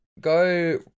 go